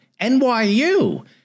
NYU